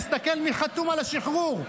תסתכל מי חתום על השחרור.